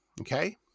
okay